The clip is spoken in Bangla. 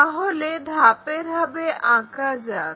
তাহলে ধাপে ধাপে আঁকা যাক